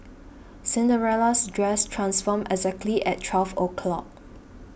Cinderella's dress transformed exactly at twelve o'clock